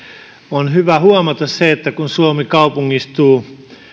on hyvä huomata se että kun suomi kaupungistuu